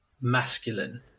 masculine